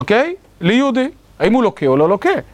אוקיי? ליהודי, האם הוא לוקה או לא לוקה?